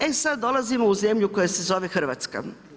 E sada dolazimo u zemlju koja se zove Hrvatska.